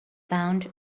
bound